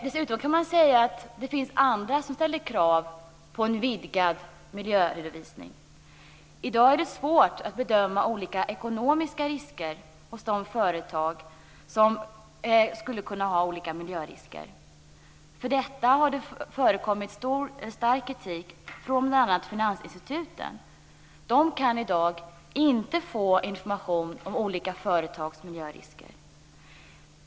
Dessutom kan man säga att det finns andra som ställer krav på en vidgad miljöredovisning. I dag är det svårt att bedöma olika ekonomiska risker hos de företag som skulle kunna innebära olika miljörisker. För detta har det förekommit stark kritik från bl.a. finansinstituten. De kan i dag inte få information om olika företags miljörisker.